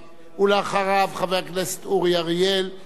ואחריהם חבר הכנסת עמיר פרץ,